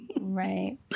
Right